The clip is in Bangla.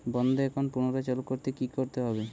বন্ধ একাউন্ট পুনরায় চালু করতে কি করতে হবে?